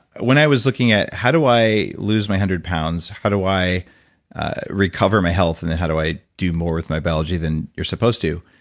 when i was looking at, how do i lose my hundred pounds? how do i recover my health? and then, how do i do more with my biology than you're supposed to?